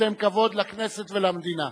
אתן כבוד לכנסת ולמדינה.